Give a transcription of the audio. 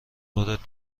خودت